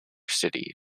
city